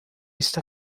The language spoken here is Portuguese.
está